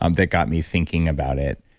um that got me thinking about it.